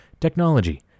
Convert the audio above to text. technology